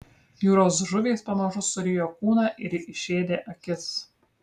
jūros žuvys pamažu surijo kūną ir išėdė akis